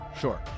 Sure